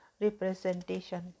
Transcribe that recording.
representation